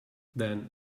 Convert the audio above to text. then